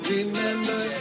Remember